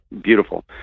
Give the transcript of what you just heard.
beautiful